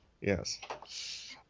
Yes